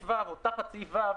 דרך אגב,